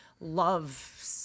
love